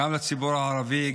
גם לציבור הערבי,